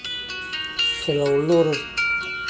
சில உள்ளூர்